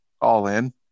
all-in